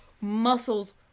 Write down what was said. muscles